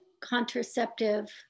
contraceptive